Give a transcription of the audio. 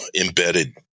embedded